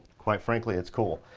quite frankly, it's cool.